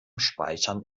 speichern